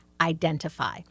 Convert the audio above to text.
identify